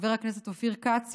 חבר הכנסת אופיר כץ,